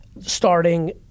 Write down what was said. starting